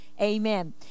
amen